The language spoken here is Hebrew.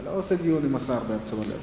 אתה לא עושה דיון עם השר באמצע דבריו.